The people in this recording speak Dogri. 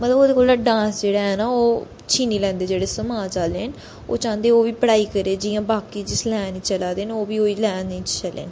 मतलब कि ओह्दे कोला डांस जेह्ड़ा ऐ ना ओह् छीनी लैंदे जेह्डे़ समाज आह्ले हैन ओह् चांह्दे ना ओह् बी पढ़ाई करै जि'यां बाकी जिस लाइन च चलै दे ओह् बी उ'ऐ लाइन च चलै